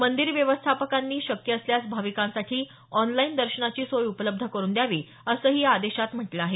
मंदीर व्यवस्थापकांनी शक्य असल्यास भाविकांसाठी ऑनलाईन दर्शनाची सोय उपलब्ध करून द्यावी असंही या आदेशात म्हटलं आहे